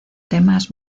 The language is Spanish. temas